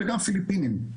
וגם פיליפינים,